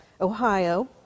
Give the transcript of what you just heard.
Ohio